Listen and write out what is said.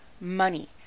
money